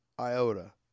iota